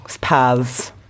paths